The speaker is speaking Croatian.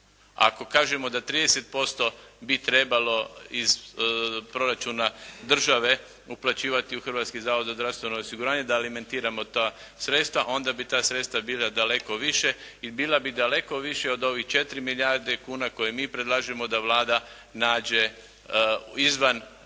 Ako kažemo da 30% bi trebalo iz proračuna države uplaćivati u Hrvatski zavod za zdravstveno osiguranje da alimentiramo ta sredstva. Onda bi ta sredstva bila daleko više i bila bi daleko više od ovih 4 milijardi kuna koje mi predlažemo da Vlada nađe izvan naših